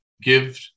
give